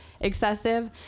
excessive